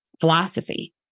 philosophy